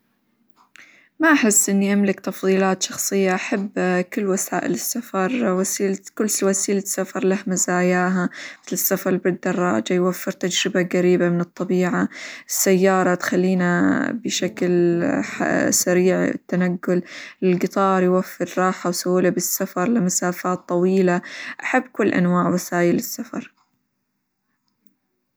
ما أحس إني أملك تفظيلات شخصية، أحب كل وسائل السفر -وسي- كل وسيلة سفر له مزاياها مثل: السفر بالدراجة يوفر تجربة قريبة من الطبيعة، السيارة تخلينا بشكل سريع التنقل، القطار يوفر راحة، وسهولة بالسفر لمسافات طويلة، أحب كل أنواع وسايل السفر.